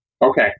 Okay